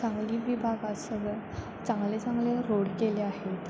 सांगली विभागात सगळं चांगले चांगले रोड केले आहेत